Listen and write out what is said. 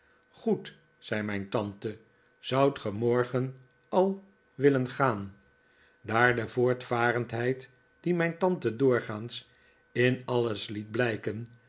goed zei mijn tante zoudt ge morgen al willen gaan daar de voortvarendheid die mijn tante doorgaans in alles liet blijken